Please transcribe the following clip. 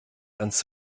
ans